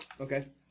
Okay